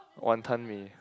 Wanton-Mee